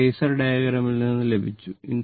ഇത് ഫേസർ ഡയഗ്രാമിൽ നിന്ന് ലഭിച്ചു